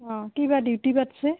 অঁ কিবা ডিউটি পাতিছে